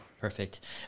perfect